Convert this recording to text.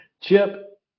Chip